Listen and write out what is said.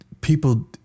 people